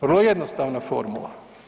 Vrlo jednostavna formula.